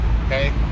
Okay